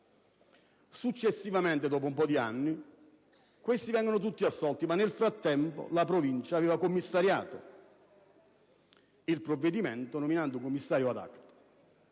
Successivamente, dopo un po' di anni, vengono tutti assolti, ma nel frattempo la Provincia aveva commissariato il provvedimento nominando un commissario *ad acta*.